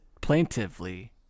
Plaintively